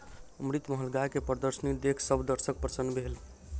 अमृतमहल गाय के प्रदर्शनी देख सभ दर्शक प्रसन्न भेल